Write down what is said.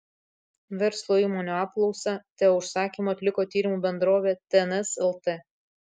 verslo įmonių apklausą teo užsakymu atliko tyrimų bendrovė tns lt